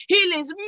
Healings